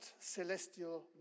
Celestial